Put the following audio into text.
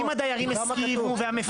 לכן צריך עדיין את הרוב המינימלי של ה-40%.